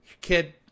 kid